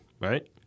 Right